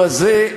זה,